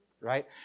right